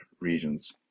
regions